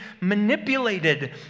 manipulated